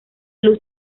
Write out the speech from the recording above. luz